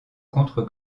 contre